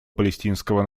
палестинского